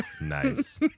Nice